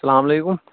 السلامُ علیکُم